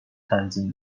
تنظیم